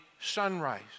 sunrise